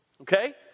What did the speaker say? okay